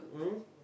um